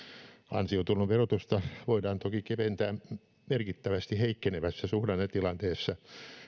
ansiotulon verotusta voidaan toki keventää merkittävästi heikkenevässä suhdannetilanteessa